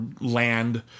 land